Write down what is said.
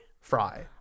Fry